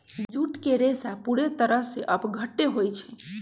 jute के रेशा पूरे तरह से अपघट्य होई छई